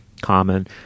common